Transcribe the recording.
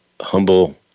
humble